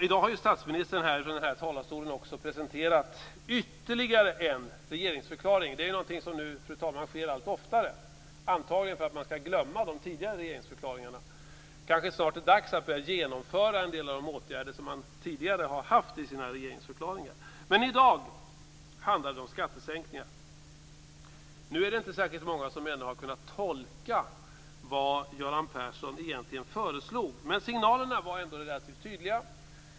I dag har ju statsministern presenterat ytterligare en regeringsförklaring här ifrån talarstolen. Det är någonting som sker allt oftare nu, fru talman. Det är antagligen för att man skall glömma de tidigare regeringsförklaringarna. Snart är det kanske dags att börja genomföra en del av de åtgärder som man tidigare har haft i sina regeringsförklaringar. I dag handlade det om skattesänkningar. Nu är det inte särskilt många som hittills har kunnat tolka vad Göran Persson egentligen föreslog. Men signalerna var ändå relativt tydliga.